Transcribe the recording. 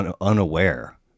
unaware